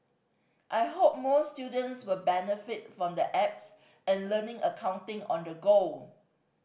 I hope more students will benefit from the apps and learning accounting on the go